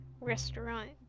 restaurant